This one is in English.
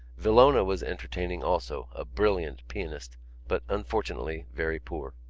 villona was entertaining also a brilliant pianist but, unfortunately, very poor.